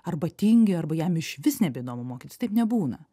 arba tingi arba jam išvis nebeįdomu mokytis taip nebūna